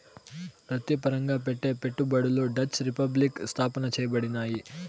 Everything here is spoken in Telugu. వృత్తిపరంగా పెట్టే పెట్టుబడులు డచ్ రిపబ్లిక్ స్థాపన చేయబడినాయి